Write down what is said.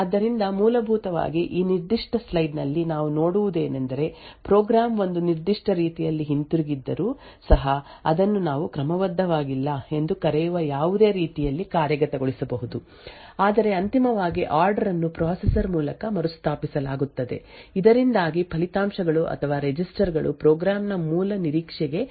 ಆದ್ದರಿಂದ ಮೂಲಭೂತವಾಗಿ ಈ ನಿರ್ದಿಷ್ಟ ಸ್ಲೈಡ್ ನಲ್ಲಿ ನಾವು ನೋಡುವುದೇನೆಂದರೆ ಪ್ರೋಗ್ರಾಂ ಒಂದು ನಿರ್ದಿಷ್ಟ ರೀತಿಯಲ್ಲಿ ಹಿಂತಿರುಗಿದ್ದರೂ ಸಹ ಅದನ್ನು ನಾವು ಕ್ರಮಬದ್ಧವಾಗಿಲ್ಲ ಎಂದು ಕರೆಯುವ ಯಾವುದೇ ರೀತಿಯಲ್ಲಿ ಕಾರ್ಯಗತಗೊಳಿಸಬಹುದು ಆದರೆ ಅಂತಿಮವಾಗಿ ಆರ್ಡರ್ ಅನ್ನು ಪ್ರೊಸೆಸರ್ ಮೂಲಕ ಮರುಸ್ಥಾಪಿಸಲಾಗುತ್ತದೆ ಇದರಿಂದಾಗಿ ಫಲಿತಾಂಶಗಳು ಅಥವಾ ರಿಜಿಸ್ಟರ್ ಗಳು ಪ್ರೋಗ್ರಾಂ ನ ಮೂಲ ನಿರೀಕ್ಷೆಗೆ ಹೊಂದಿಕೆಯಾಗುತ್ತದೆ